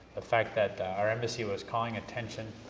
the fact that our embassy was calling attention